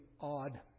odd